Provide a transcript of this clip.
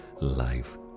life